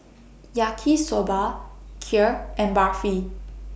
Yaki Soba Kheer and Barfi